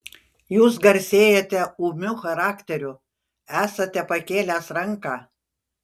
jūs garsėjate ūmiu charakteriu esate pakėlęs ranką